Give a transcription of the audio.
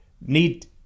need